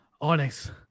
Onyx